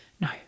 no